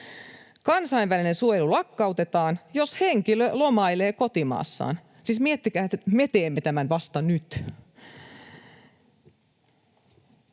Kansainvälinen suojelu lakkautetaan, jos henkilö lomailee kotimaassaan. — Siis miettikää, että me teemme tämän vasta nyt.